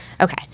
Okay